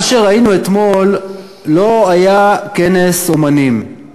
מה שראינו אתמול לא היה כנס אמנים,